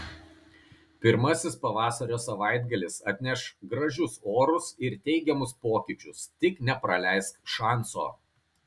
pirmasis pavasario savaitgalis atneš gražius orus ir teigiamus pokyčius tik nepraleisk šanso